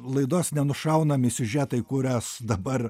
laidos nenušaunami siužetai kurias dabar